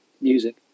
music